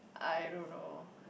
I don't know